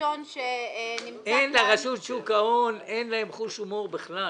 חסיד...לרשות ההון אין בכלל חוש הומור...